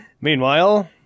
Meanwhile